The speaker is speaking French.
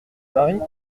marie